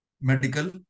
medical